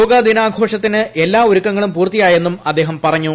യോഗാദിനാഘോഷത്തിന് എല്ല് ഒരുക്കങ്ങളും പൂർത്തിയായെന്നും അദ്ദേഹം പറഞ്ഞു